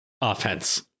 offense